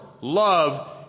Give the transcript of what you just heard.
love